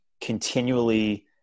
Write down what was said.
continually